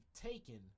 taken